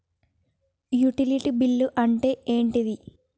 Utility bill అంటే ఏంటిది?